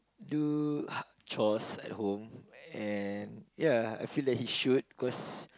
do chores at home and ya I feel that he should because